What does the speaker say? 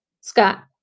Scott